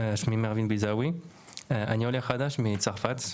אני עולה חדש מצרפת.